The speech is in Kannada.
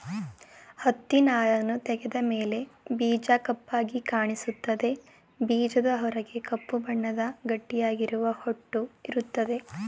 ಹತ್ತಿನಾರನ್ನು ತೆಗೆದ ಮೇಲೆ ಬೀಜ ಕಪ್ಪಾಗಿ ಕಾಣಿಸ್ತದೆ ಬೀಜದ ಹೊರಗೆ ಕಪ್ಪು ಬಣ್ಣದ ಗಟ್ಟಿಯಾಗಿರುವ ಹೊಟ್ಟು ಇರ್ತದೆ